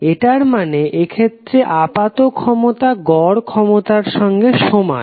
এটার মানে এক্ষেত্রে আপাত ক্ষমতা গড় ক্ষমতার সঙ্গে সমান